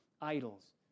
idols